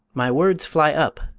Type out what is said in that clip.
my words fly up,